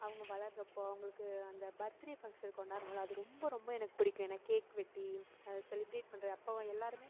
அவங்க வளர்கிறப்போ அவங்களுக்கு அந்த பர்த்டே ஃபங்க்ஷன் கொண்டாடுவோம்ல அது ரொம்ப ரொம்ப எனக்கு பிடிக்கும் ஏன்னா கேக் வெட்டி அதை செலிப்ரேட் பண்ற அப்போ எல்லாருமே